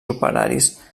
operaris